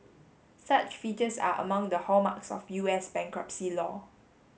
such features are among the hallmarks of U S bankruptcy law